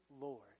Lord